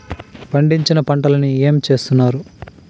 పండించిన పంటలని ఏమి చేస్తున్నారు?